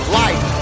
life